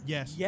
Yes